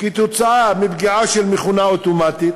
כתוצאה מפגיעה של מכונה אוטומטית,